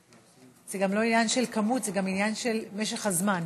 זה לא עניין של כמות, זה גם עניין של משך הזמן.